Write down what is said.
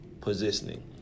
positioning